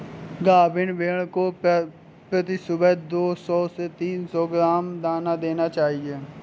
गाभिन भेड़ को प्रति सुबह दो सौ से तीन सौ ग्राम दाना देना चाहिए